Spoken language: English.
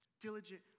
Diligent